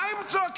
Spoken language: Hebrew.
מה הם צועקים?